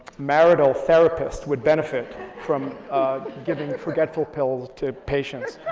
marital therapist would benefit from giving forgetful pills to patients.